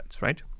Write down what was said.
right